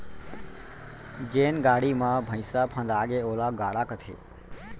जेन गाड़ी म भइंसा फंदागे ओला गाड़ा कथें